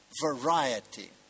variety